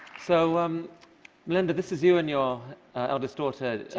so um melinda, this is you and your eldest daughter,